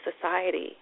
society